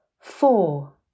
Four